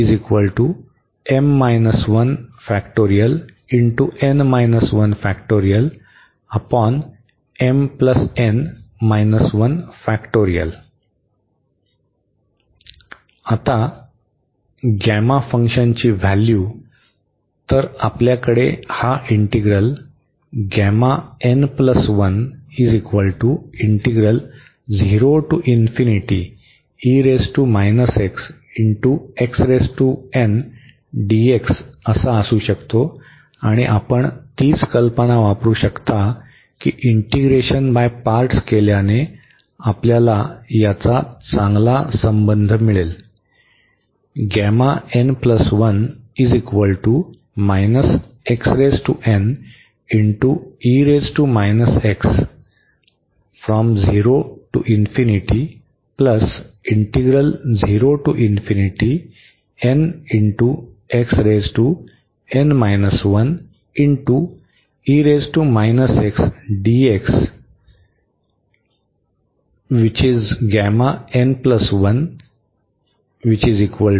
आता गॅमा फंक्शनची व्हॅल्यू तर आपल्याकडे हा इंटीग्रल असू शकतो आणि आपण तीच कल्पना वापरु शकता की इंटीग्रेशन बाय पार्टस केल्याने आपल्याला याचा चांगला संबंध मिळेल